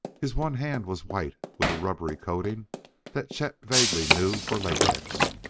his one hand was white with a rubbery coating that chet vaguely knew for latex.